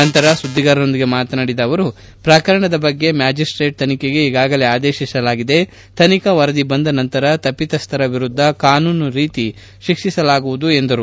ನಂತರ ಸುಧ್ದಿಗಾರರೊಂದಿಗೆ ಮಾತನಾಡಿದ ಅವರು ಪ್ರಕರಣದ ಬಗ್ಗೆ ಮ್ಲಾಜಿಸ್ಲೇಟ್ ತನಿಖೆಗೆ ಈಗಾಗಲೇ ಆದೇಶಿಸಲಾಗಿದೆ ತನಿಖಾ ವರದಿ ಬಂದ ನಂತರ ತಪ್ಪಿತಸ್ಥರ ವಿರುದ್ದ ಕಾನೂನು ರೀತ್ಯಾ ಶಿಕ್ಷಿಸಲಾಗುವುದು ಎಂದರು